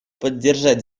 поддержать